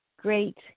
great